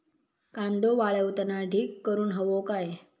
कांदो वाळवताना ढीग करून हवो काय?